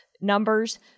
numbers